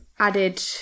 added